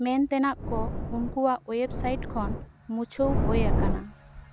ᱢᱮᱱᱛᱮᱱᱟᱜ ᱠᱚ ᱩᱱᱠᱚᱣᱟᱜ ᱳᱭᱮᱵᱽᱥᱟᱭᱤᱴ ᱠᱷᱚᱱ ᱢᱩᱪᱷᱟᱹᱣ ᱦᱩᱭᱟᱠᱟᱱᱟ